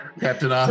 Captain